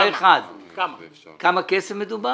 האחת, בכמה כסף מדובר?